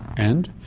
and?